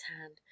hand